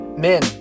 Men